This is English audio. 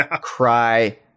cry